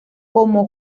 como